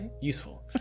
useful